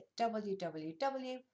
www